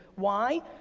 why?